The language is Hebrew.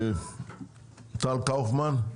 טל קאופמן,